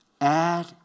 Add